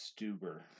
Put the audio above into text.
Stuber